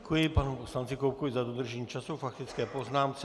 Děkuji panu poslanci Koubkovi za dodržení času k faktické poznámce.